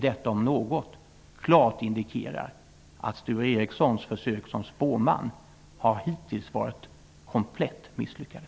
Detta om något indikerar klart att Sture Ericsons försök som spåman hittills har varit komplett misslyckade.